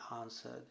answered